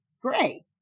gray